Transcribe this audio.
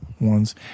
ones